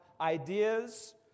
ideas